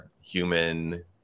human